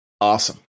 awesome